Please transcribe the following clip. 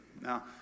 Now